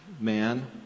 man